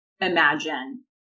imagine